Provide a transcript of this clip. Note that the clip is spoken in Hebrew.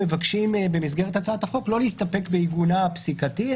במסגרת הצעת החוק מבקשים לא להסתפק בעיגונה הפסיקתי,